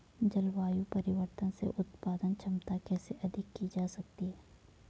जलवायु परिवर्तन से उत्पादन क्षमता कैसे अधिक की जा सकती है?